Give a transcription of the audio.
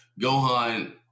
Gohan